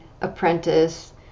apprentice